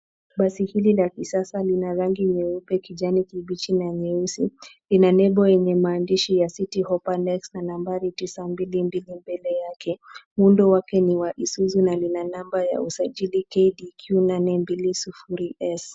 Basi hili la kisasa lina rangi nyeupe , kijani kibichi na nyeusi. Lina nembo yenye maandishi City Hoppa next na nambari 922 mbele yake na muundo wake ni wa Isuzu na lina namba ya usajili KDQ 820S/